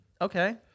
Okay